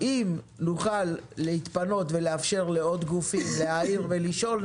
אם נוכל להתפנות ולאפשר לעוד גופים להעיר ולשאול,